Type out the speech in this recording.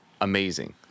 amazing